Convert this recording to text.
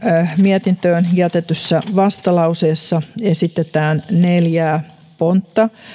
mietintöön jätetyssä vastalauseessa esitetään neljää pontta